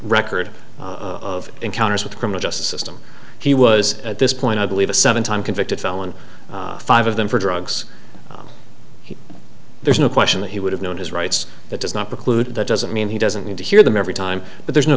record of encounters with the criminal justice system he was at this point i believe a seven time convicted felon five of them for drugs there's no question that he would have known his rights that does not preclude that doesn't mean he doesn't need to hear them every time but there's no